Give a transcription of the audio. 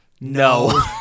no